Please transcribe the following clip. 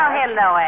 hello